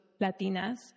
Latinas